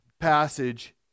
passage